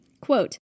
quote